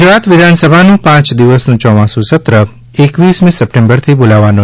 ગુજરાત વિધાનસભાનું પાંચ દિવસનું ચોમાસુ સત્ર એકવીસ સપ્ટેમ્બરથી બોલાવવાનો